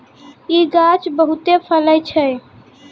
इ गाछ बहुते फैलै छै